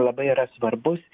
labai yra svarbus